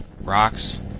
rocks